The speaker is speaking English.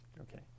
Okay